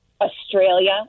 Australia